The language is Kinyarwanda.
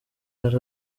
hari